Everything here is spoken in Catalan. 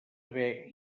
haver